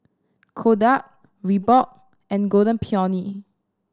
Kodak Reebok and Golden Peony